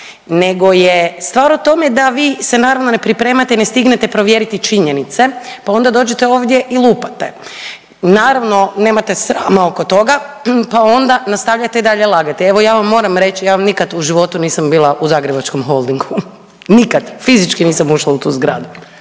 nego je stvar u tome da vi se naravno ne pripremate i ne stignete provjeriti činjenice pa onda dođete ovdje i lupate. Naravno, nemate srama oko toga pa onda nastavljate dalje lagati. Evo, ja vam moram reći, ja vam nikad u životu nisam bila u Zagrebačkom holdingu. Nikad, fizički nisam ušla u tu zgradu.